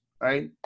right